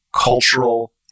cultural